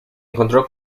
encontró